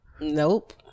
nope